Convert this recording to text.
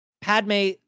Padme